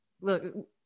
look